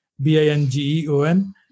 B-I-N-G-E-O-N